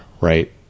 Right